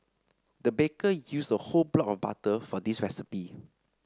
the baker used a whole block of butter for this recipe